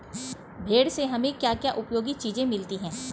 भेड़ से हमें क्या क्या उपयोगी चीजें मिलती हैं?